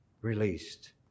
released